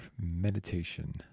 meditation